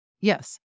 Yes